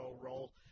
role